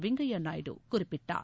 வெங்கையா நாயுடு குறிப்பிட்டார்